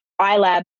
iLab